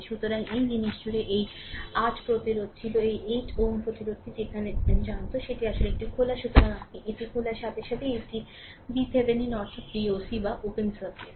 সুতরাং এই জিনিস জুড়ে একটি 8 প্রতিরোধ ছিল এই 8 Ω প্রতিরোধটি সেখানে জানত এটি আসলে এটি খোলা সুতরাং আপনি এটি খোলার সাথে সাথেই এটি VThevenin অর্থ Voc যা ওপেন সার্কিট